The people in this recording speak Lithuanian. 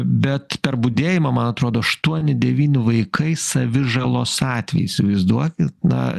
bet per budėjimą man atrodo aštuoni devyni vaikai savižalos atvejai įsivaizduokit na